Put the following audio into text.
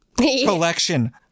collection